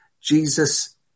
Jesus